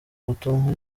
butumwa